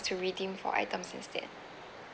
to redeem for items instead